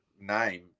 name